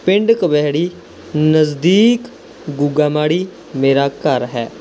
ਪਿੰਡ ਕੁਵੇਹੜੀ ਨਜ਼ਦੀਕ ਗੁੱਗਾ ਮਾੜੀ ਮੇਰਾ ਘਰ ਹੈ